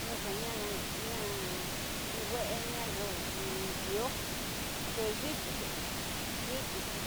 Noxa na'a- na'a, mi we'e ña yo, iyo teyityi, tuku, yityixi,